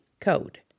code